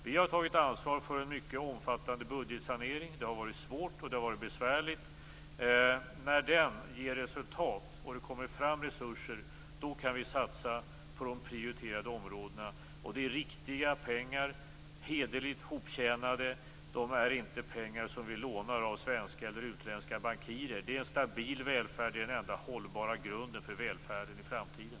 Vi har tagit ansvar för en mycket omfattande budgetsanering. Det har varit svårt, och det har varit besvärligt. När den ger resultat och det kommer fram resurser kan vi satsa på de prioriterade områdena. Det handlar om riktiga pengar, hederligt hoptjänade. Det är inte pengar som vi lånar av svenska eller utländska bankirer. Det är en stabil välfärd, den enda hållbara grunden för välfärden i framtiden.